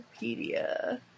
Wikipedia